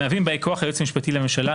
המהווים באי-כוח היועץ המשפטי לממשלה,